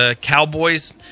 Cowboys